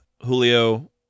Julio